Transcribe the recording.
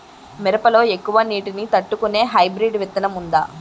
మిరప లో ఎక్కువ నీటి ని తట్టుకునే హైబ్రిడ్ విత్తనం వుందా?